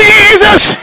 Jesus